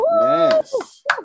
Yes